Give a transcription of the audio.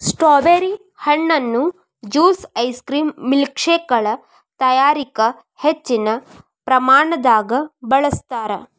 strawberry ಹಣ್ಣುನ juice ice cream ಮಿಲ್ಕ್ಶೇಕಗಳ ತಯಾರಿಕ ಹೆಚ್ಚಿನ ಪ್ರಮಾಣದಾಗ ಬಳಸ್ತಾರ್